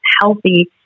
healthy